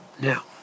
now